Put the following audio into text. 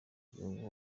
gihugu